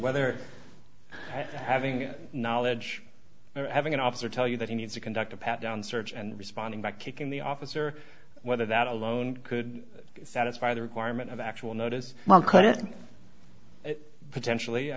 whether having knowledge or having an officer tell you that he needs to conduct a pat down search and responding by kicking the officer whether that alone could satisfy the requirement of actual notice could it potentially i